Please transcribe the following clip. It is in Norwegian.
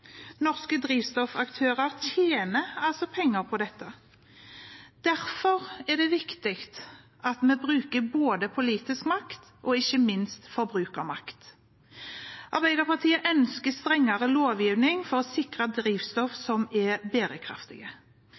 Norske drivstoffaktører tjener altså penger på dette. Derfor er det viktig at vi bruker både politisk makt og – ikke minst – forbrukermakt. Arbeiderpartiet ønsker strengere lovgivning for å sikre drivstoff som er